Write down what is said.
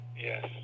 yes